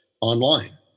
online